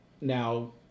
Now